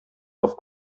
auf